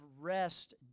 rest